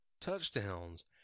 touchdowns